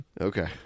Okay